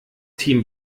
team